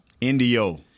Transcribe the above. Indio